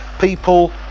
people